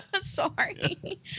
Sorry